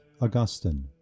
Augustine